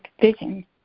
vision